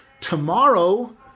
tomorrow